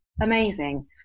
Amazing